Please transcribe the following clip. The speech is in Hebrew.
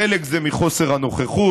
חלק זה מחוסר הנוכחות,